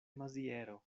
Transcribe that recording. maziero